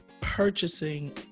purchasing